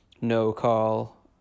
no-call